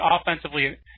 offensively